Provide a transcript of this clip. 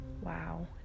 Wow